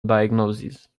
diagnosis